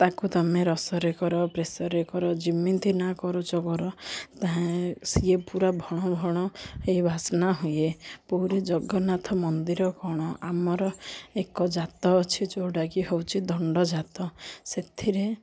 ତାକୁ ତୁମେ ରସରେ କର ପ୍ରେସରରେ କର ଯେମିତି ନା କରୁଛ କରିଏ ପୁରା ଭଣ ଭଣ ହେଇ ବାସ୍ନା ହୁଏ ପୁରୀ ଜଗନ୍ନାଥ ମନ୍ଦିର କ'ଣ ଆମର ଏକ ଜାତ ଅଛି ଯେଉଁଟାକି ହେଉଛି ଦଣ୍ଡଜାତ ସେଥିରେ